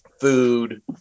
food